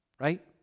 right